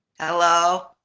Hello